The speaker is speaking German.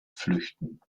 flüchten